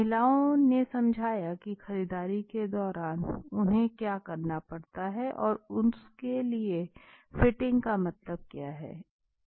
महिलाओं ने समझाया कि खरीदारी के दौरान उन्हें क्या करना पड़ता है और उनके लिए फिटिंग का मतलब क्या है